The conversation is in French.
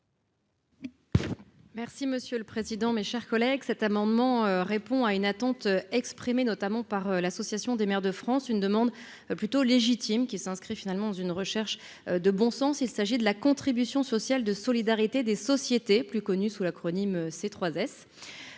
Merci monsieur le président, mes chers collègues, cet amendement répond à une attente exprimée notamment par l'Association des maires de France, une demande plutôt légitime qui s'inscrit finalement une recherche de bon sens, il s'agit de la contribution sociale de solidarité des sociétés plus connu sous l'acronyme ces